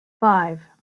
five